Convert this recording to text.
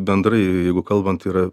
bendrai jeigu kalbant yra